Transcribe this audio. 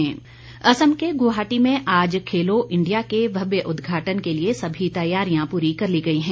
खेलो India Assam के गुवाहाटी में आज खेलो इंडिया का भव्य उदघाटन के लिए सभी तैयारियां पूरी कर ली गई हैं